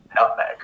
nutmeg